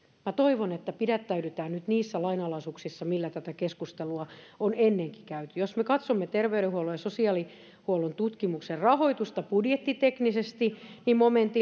minä toivon että pidättäydytään nyt niissä lainalaisuuksissa millä tätä keskustelua on ennenkin käyty jos me katsomme terveydenhuollon ja sosiaalihuollon tutkimuksen rahoitusta budjettiteknisesti niin momentille